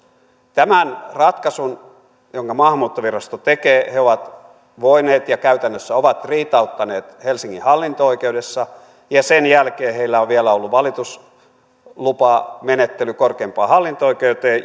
tämän ratkaisun jonka maahanmuuttovirasto tekee he ovat voineet riitauttaa ja käytännössä ovat riitauttaneet helsingin hallinto oikeudessa sen jälkeen heillä on vielä ollut valituslupamenettely korkeimpaan hallinto oikeuteen